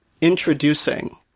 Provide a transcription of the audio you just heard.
introducing